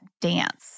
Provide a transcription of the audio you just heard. dance